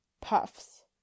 puffs